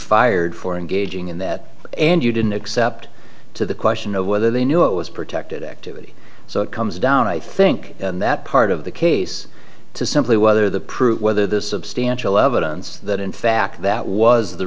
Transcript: engaging in that and you didn't accept to the question of whether they knew it was protected activity so it comes down i think that part of the case to simply whether the prove whether the substantial evidence that in fact that was the